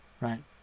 right